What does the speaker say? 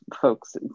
folks